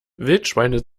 wildschweine